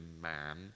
man